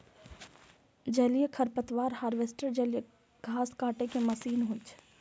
जलीय खरपतवार हार्वेस्टर जलीय घास काटै के मशीन होइ छै